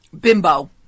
Bimbo